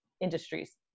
industries